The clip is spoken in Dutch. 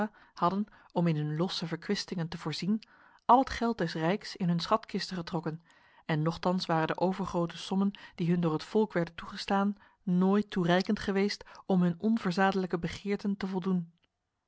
hadden om in hun losse verkwistingen te voorzien al het geld des rijks in hun schatkisten getrokken en nochtans waren de overgrote sommen die hun door het volk werden toegestaan nooit toereikend geweest om hun onverzadelijke begeerten te voldoen